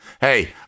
hey